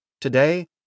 Today